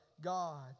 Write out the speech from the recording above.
God